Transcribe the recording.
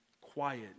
quiet